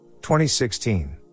2016